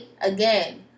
again